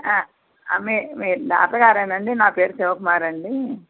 మీరు డాక్టర్ గారేనండి నా పేరు శివకుమారండి